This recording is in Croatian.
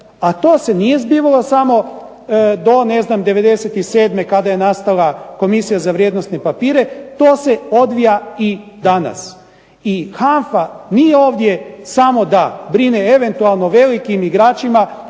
A to se nije zbivalo samo do ne znam '97. kada je nastala Komisija za vrijednosne papire, to se odvija i danas. I HANFA nije ovdje samo da brine o eventualno velikim igračima,